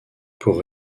pour